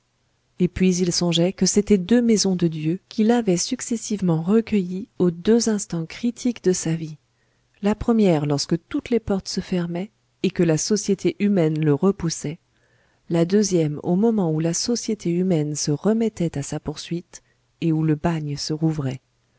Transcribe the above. et puis il songeait que c'étaient deux maisons de dieu qui l'avaient successivement recueilli aux deux instants critiques de sa vie la première lorsque toutes les portes se fermaient et que la société humaine le repoussait la deuxième au moment où la société humaine se remettait à sa poursuite et où le bagne se rouvrait